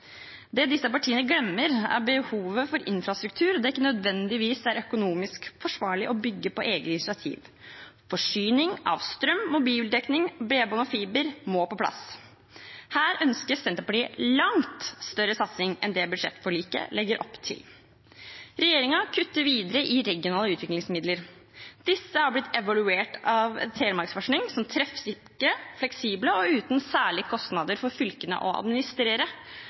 Det disse partiene glemmer, er behovet for infrastruktur der det ikke nødvendigvis er økonomisk forsvarlig å bygge på eget initiativ. Forsyning av strøm, mobildekning, bredbånd og fiber må på plass. Her ønsker Senterpartiet en langt større satsing enn det som budsjettforliket legger opp til. Regjeringen kutter videre i regionale utviklingsmidler. Disse har blitt evaluert av Telemarksforsking til å være treffsikre, fleksible og uten særlige administrasjonskostnader for fylkene.